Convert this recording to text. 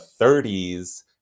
30s